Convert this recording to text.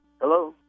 Hello